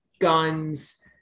guns